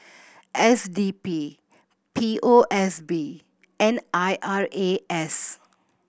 S D P P O S B and I R A S